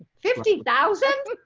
fifty thousand